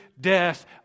death